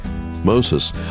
Moses